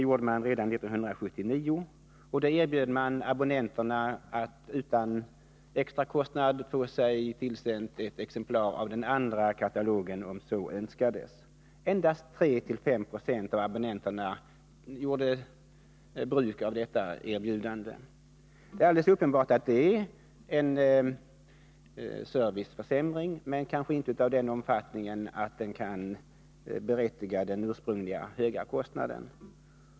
Abonnenterna erbjöds att utan extra kostnad få ett exemplar av den andra katalogen, om så önskades. Endast 3-5 26 av abonnenterna använde sig av detta erbjudande. Det är alldeles uppenbart att det är fråga om en serviceförsämring, men kanske inte så stor att den tidigare höga kostnaden kunde anses motiverad.